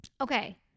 Okay